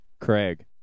Craig